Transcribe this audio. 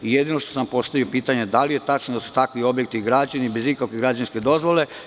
Jedino što sam postavio pitanje – da li je tačno da su takvi objekti građeni bez ikakve građevinske dozvole?